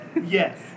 Yes